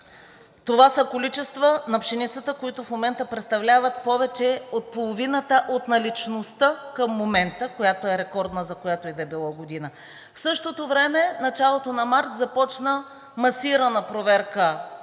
Това са количества на пшеницата, които в момента представляват повече от половината от наличността към момента, която е рекордна за която и да е било година. В същото време в началото на март започна масирана проверка след